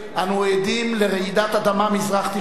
אנו עדים לרעידת אדמה מזרח-תיכונית.